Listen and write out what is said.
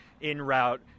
in-route